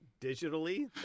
digitally